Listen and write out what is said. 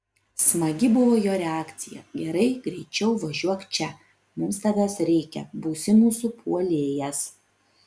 smagi buvo jo reakcija gerai greičiau važiuok čia mums tavęs reikia būsi mūsų puolėjas